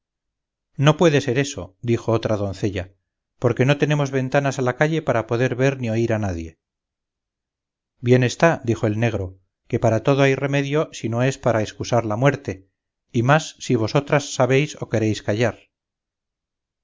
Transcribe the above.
no puede ser eso dijo otra doncella porque no tenemos ventanas a la calle para poder ver ni oír a nadie bien está dijo el negro que para todo hay remedio si no es para escusar la muerte y más si vosotras sabéis o queréis callar